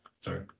Sorry